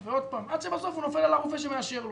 עד שבסוף הוא נופל על רופא שמאשר לו.